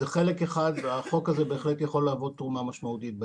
זה חלק אחד והחוק הזה בהחלט יכול לתרום תרומה משמעותית.